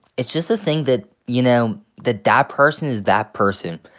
it's just a thing that, you know, that that person is that person,